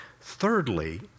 Thirdly